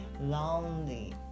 lonely